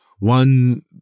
One